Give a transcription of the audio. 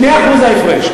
2%. 2% ההפרש.